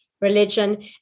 religion